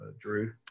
Drew